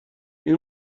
این